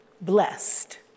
Blessed